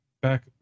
back